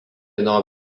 nuo